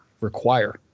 require